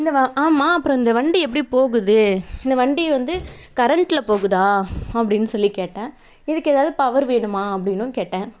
இந்த வ ஆமாம்மா அப்புறம் இந்த வண்டி எப்படி போகுது இந்த வண்டி வந்து கரெண்ட்டில் போகுதா அப்படின்னு சொல்லிக் கேட்டேன் இதுக்கு ஏதாவது பவர் வேணுமா அப்படின்னும் கேட்டேன்